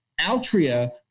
Altria